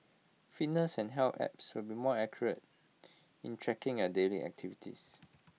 fitness and health apps will be more accurate in tracking at daily activities